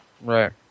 right